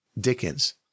Dickens